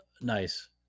nice